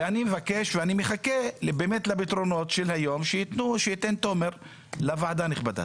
ואני מבקש ואני מחכה לפתרונות של היום שייתן תומר לוועדה הנכבדה.